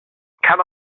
can